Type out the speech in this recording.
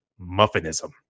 muffinism